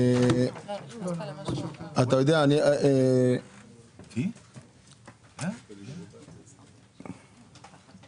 אני לא חושב שיש מאמץ להגיע אתנו לפתרון בעניין.